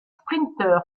sprinteur